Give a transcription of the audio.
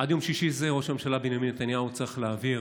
עד יום שישי זה ראש הממשלה בנימין נתניהו צריך להעביר